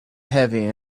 heavy